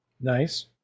Nice